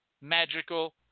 magical